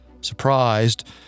Surprised